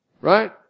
right